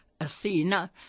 Athena